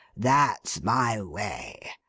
that's my way.